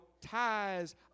ties